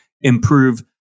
improve